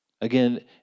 Again